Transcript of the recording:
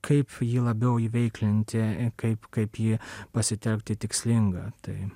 kaip ji labiau įveiklinti kaip kaip jį pasitelkti tikslinga tai